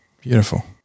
Beautiful